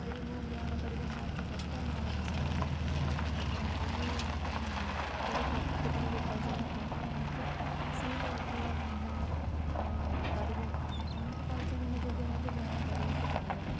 ଭଳି ମୁଁ ଗ୍ରହଣ କରିବି ନା ଏତେ କଷ୍ଟ ନା ଏତେ ସହଜ ଯେତେ ଯାହା ହେଲେବି ଆମକୁ ଯଦି ପ୍ରାକୃତିକ ବିପର୍ଯ୍ୟୟ ହେବ ତ ଆମକୁ ସେଇ ଟାଇପ୍ ର ନା ଓ କରିବାକୁ ଆମକୁ ପରିଚାଳନା ଯୋଗ୍ୟ ଭାବେ ଗ୍ରହଣ କରିବାକୁ ପଡ଼ିବ